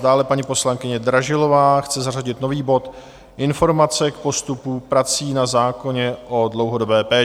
Dále paní poslankyně Dražilová chce zařadit nový bod Informace k postupu prací na zákoně o dlouhodobé péči.